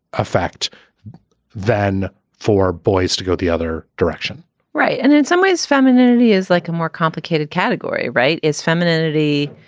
effect than for boys to go the other direction right. and in some ways, femininity is like a more complicated category, right? is femininity,